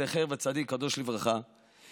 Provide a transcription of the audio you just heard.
זכר צדיק וקדוש לברכה,